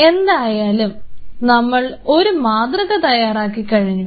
എന്തായാലും നമ്മൾ ഒരു മാതൃക തയ്യാറാക്കി കഴിഞ്ഞു